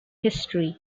history